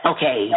Okay